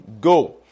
go